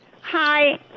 Hi